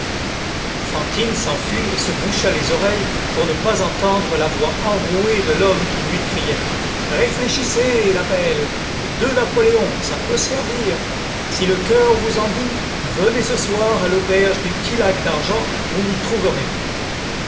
fantine s'enfuit et se boucha les oreilles pour ne pas entendre la voix enrouée de l'homme qui lui criait réfléchissez la belle deux napoléons ça peut servir si le coeur vous en dit venez ce soir à l'auberge du tillac d'argent vous m'y trouverez